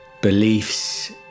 beliefs